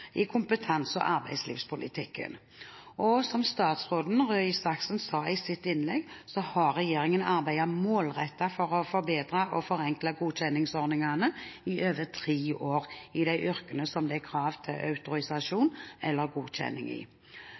i kompetanse- og arbeidslivspolitikken. Som statsråd Røe Isaksen sa i sitt innlegg, har regjeringen arbeidet målrettet for å forbedre og forenkle godkjenningsordningene i over tre år, i de yrkene som det er krav til autorisasjon eller godkjenning i.